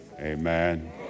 amen